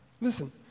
Listen